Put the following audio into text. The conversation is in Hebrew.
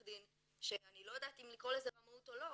דין שאני לא יודעת אם לקרוא לזה רמאות או לא,